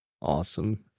Awesome